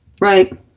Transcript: Right